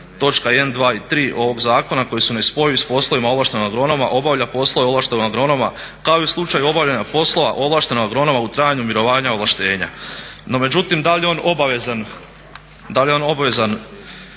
1.točka 1., 2. i 3.ovog zakona koji su nespojivi s poslovima ovlaštenog agronoma obavlja poslove ovlaštenog agronoma kao i u slučaju obavljanja poslova ovlaštenog agronoma u trajanju mirovanja ovlaštenja. No, međutim da li je on obavezan komori prijaviti